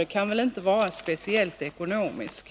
Det kan väl inte vara speciellt ekonomiskt!